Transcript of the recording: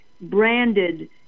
branded